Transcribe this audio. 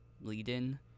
lead-in